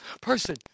person